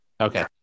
Okay